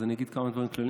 אז אני אומר דברים כלליים,